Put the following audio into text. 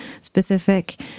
specific